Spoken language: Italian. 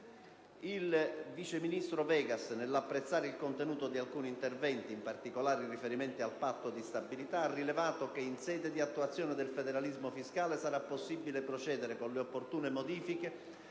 Il vice ministro Vegas, nell'apprezzare il contenuto di alcuni interventi, in particolare in riferimento al Patto di stabilità, ha rilevato che, in sede di attuazione del federalismo fiscale, sarà possibile procedere con le opportune modifiche,